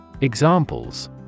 Examples